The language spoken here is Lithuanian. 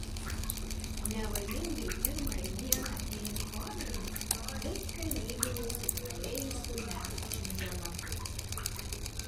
nevalingai pirmąją dieną eindhovene viską lygini su praėjusių metų čempionatu